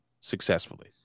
successfully